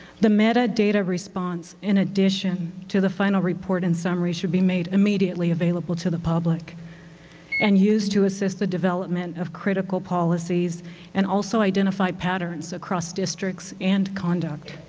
the metadata response in addition to the final report and summary should be made immediately available to the public and used it to assist the development of critical policies and also identify patterns across districts and conduct.